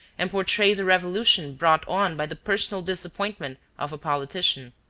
and portrays a revolution brought on by the personal disappointment of a politician.